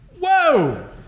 Whoa